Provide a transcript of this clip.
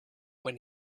when